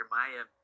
Maya